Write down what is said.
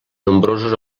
nombrosos